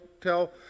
tell